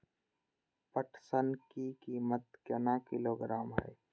पटसन की कीमत केना किलोग्राम हय?